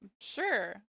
sure